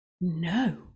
no